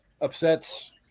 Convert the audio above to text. upsets